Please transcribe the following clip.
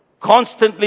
constantly